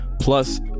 plus